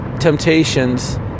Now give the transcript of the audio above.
temptations